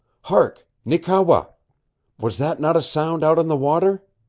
hark, neekewa! was was that not a sound out on the water?